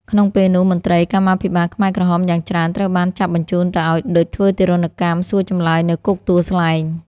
ក្នុងពេលនោះ មន្រ្តីកម្មាភិបាលខ្មែរក្រហមយ៉ាងច្រើនត្រូវបានចាប់បញ្ជូនទៅឱ្យ ឌុច ធ្វើទារុណកម្មសួរចម្លើយនៅគុកទួលស្លែង។